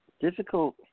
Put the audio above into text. difficult